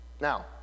Now